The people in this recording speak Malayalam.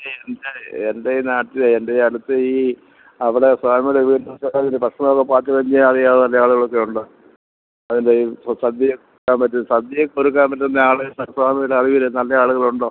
എൻ്റെ എൻ്റെ നാട്ടിൽ എൻ്റെ അടുത്ത് ഈ അവിടെ സ്വാമിയുടെ വീടിൻ്റെ ക്ഷേത്രത്തിൽ ഭക്ഷണം വലിയ അറിയാവുന്ന ആളുകളൊക്കെ ഉണ്ടോ അതിൻ്റെ സ സദ്യയും ആ മറ്റ് സദ്യ ഒക്കെ ഒരുക്കാൻ പറ്റുന്ന ആൾ സ്വാമിയുടെ അറിവിൽ നല്ല ആളുകളുണ്ടോ